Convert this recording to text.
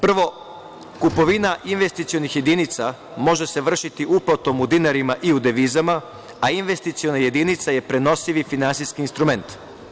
Prvo, kupovina investicionih jedinica može se vršiti uplatom u dinarima i u devizama, a investiciona jedinica je prenosivi finansijski instrument.